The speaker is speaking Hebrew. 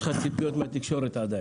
מה שטוב, שיש לך ציפיות מהתקשורת עדיין.